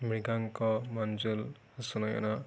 Mriganka Manjul চুনেইনা